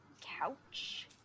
couch